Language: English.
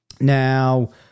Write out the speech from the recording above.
now